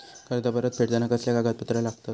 कर्ज परत फेडताना कसले कागदपत्र लागतत?